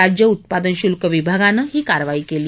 राज्य उत्पादन शुल्क विभागानं ही कारवाई केली